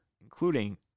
including